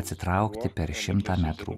atsitraukti per šimtą metrų